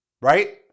right